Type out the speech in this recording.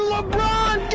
LeBron